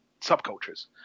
subcultures